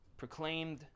proclaimed